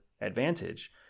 advantage